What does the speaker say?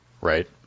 right